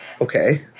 Okay